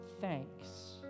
thanks